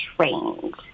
trained